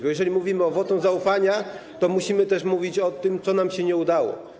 Bo jeżeli mówimy o wotum zaufania, to musimy też mówić o tym, co nam się nie udało.